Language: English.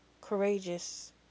courageous